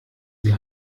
sie